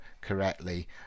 correctly